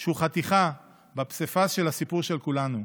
שהוא חתיכה בפסיפס של הסיפור של כולנו,